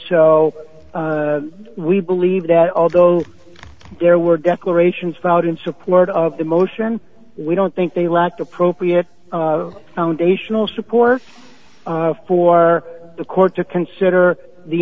so we believe that although there were declarations out in support of the motion we don't think they lacked appropriate foundational support for the court to consider the